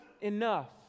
enough